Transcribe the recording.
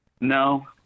No